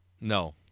No